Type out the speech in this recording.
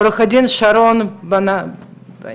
עורכת דין שרון בניאן.